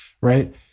right